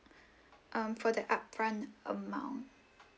um for that upfront amount